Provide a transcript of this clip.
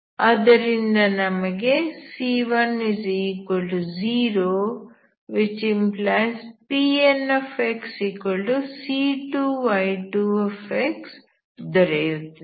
ಆದ್ದರಿಂದ ನಮಗೆ C10 ⟹PnxC2y2x ಸಿಗುತ್ತದೆ